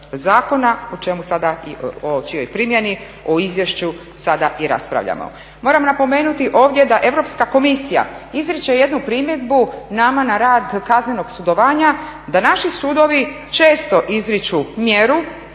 zakona o čijoj primjeni o izvješću sada i raspravljamo. Moram napomenuti ovdje da Europska komisija izriče jednu primjedbu nama na rad kaznenog sudovanja da naši sudovi često izriču mjeru